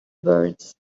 birds